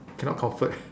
cannot comfort